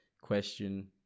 question